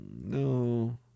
No